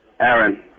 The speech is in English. Aaron